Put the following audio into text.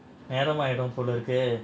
நேரமாயிடும் போல இருக்கே:neramaayidum pola irukkae